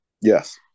Yes